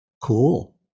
cool